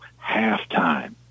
halftime